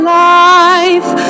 life